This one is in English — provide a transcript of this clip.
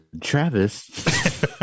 Travis